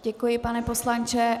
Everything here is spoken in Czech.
Děkuji, pane poslanče.